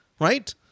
right